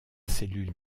cellule